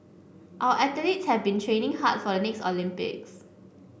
our athletes have been training hard for the next Olympics